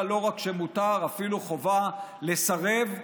לא רק מותר, אפילו חובה לסרב.